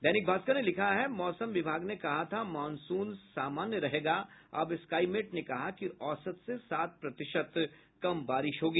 दैनिक भास्कर ने लिखा है मौसम विभाग ने कहा था मॉनसून सामान्य रहेगा अब स्काईमेट ने कहा कि औसत से सात प्रतिशत कम बारिश होगी